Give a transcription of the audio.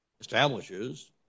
establishes